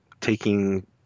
taking